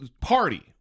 party